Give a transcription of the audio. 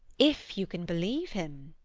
if you can believe him.